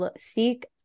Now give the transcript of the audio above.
seek